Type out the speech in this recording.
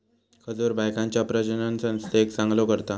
खजूर बायकांच्या प्रजननसंस्थेक चांगलो करता